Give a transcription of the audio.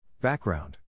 Background